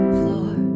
floor